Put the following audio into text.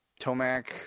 Tomac